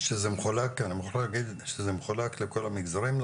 את יכולה להגיד שזה מחולק לכל המגזרים,